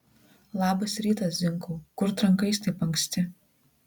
labas rytas zinkau kur trankais taip anksti